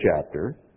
chapter